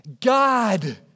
God